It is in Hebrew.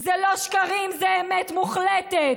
זה לא שקרים, זאת אמת מוחלטת.